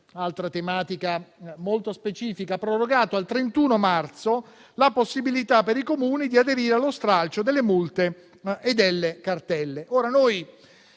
altra tematica molto specifica - al 31 marzo la possibilità per i Comuni di aderire allo stralcio delle multe e delle cartelle.